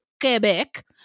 Quebec